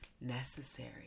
necessary